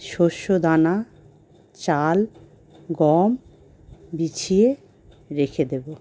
শস্যদানা চাল গম বিছিয়ে রেখে দেবো